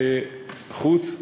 חוץ,